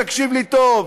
תקשיב לי טוב,